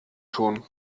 tun